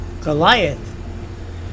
Goliath